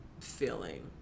feeling